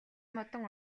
модон